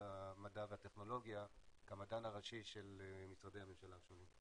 המדע והטכנולוגיה כמדען הראשי של משרדי הממשלה השונים.